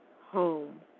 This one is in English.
home